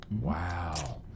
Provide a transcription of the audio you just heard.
Wow